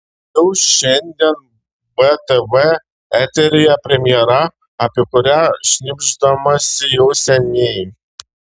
jau šiandien btv eteryje premjera apie kurią šnibždamasi jau seniai